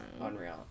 unreal